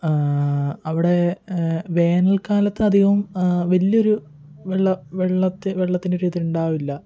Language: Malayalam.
അവിടെ വേനൽ കാലത്ത് അധികവും വലിയൊരു വെള്ള വെള്ള വെള്ളത്തിന്റെ ഒരു ഇത് ഉണ്ടാവില്ല